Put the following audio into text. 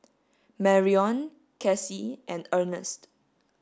Marion Kacie and Ernst